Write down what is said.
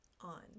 on